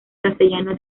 castellano